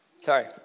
Sorry